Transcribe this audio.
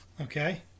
Okay